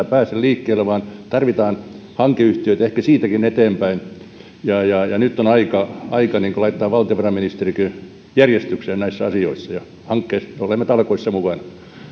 pääse liikkeelle vaan tarvitaan hankeyhtiöitä ehkä siitäkin eteenpäin nyt on aika aika laittaa valtiovarainministeriökin järjestykseen näissä asioissa ja olemme talkoissa mukana